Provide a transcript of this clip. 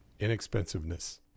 inexpensiveness